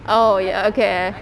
oh ya okay